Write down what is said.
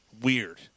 weird